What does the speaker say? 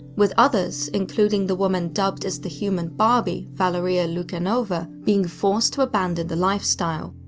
with others, including the woman dubbed as the human barbie, valeria lukyanova, being forced to abandon the lifestyle.